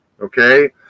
okay